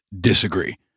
disagree